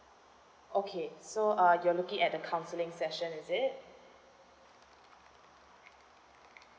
okay so uh you're looking at the counselling session is it